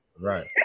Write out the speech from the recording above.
right